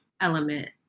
element